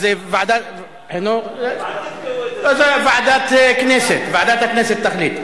לדיון מוקדם בוועדה שתקבע ועדת הכנסת נתקבלה.